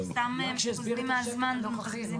אנחנו סתם מבזבזים את הזמן.